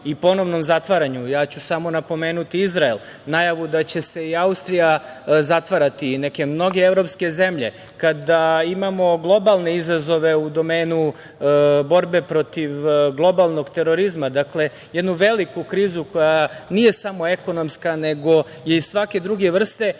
i ponovnom zatvaranju, ja ću samo napomenuti Izrael, najavu da će se i Austrija zatvarati i neke mnoge evropske zemlje, kada imamo globalne izazove u domenu borbe protiv globalnog terorizma, dakle jednu veliku krizu koja nije samo ekonomska nego i svake druge vrste,